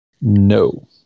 No